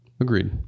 Agreed